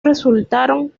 resultaron